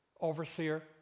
overseer